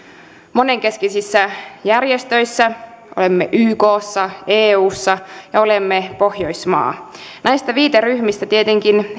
monenkeskisissä järjestöissä olemme ykssa eussa ja olemme pohjoismaa näistä viiteryhmistä tietenkin